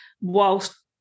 whilst